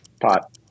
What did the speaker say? pot